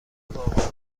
واقعا